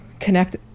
connect